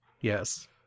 Yes